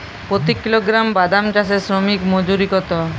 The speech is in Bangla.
প্রতি কিলোগ্রাম বাদাম চাষে শ্রমিক মজুরি কত?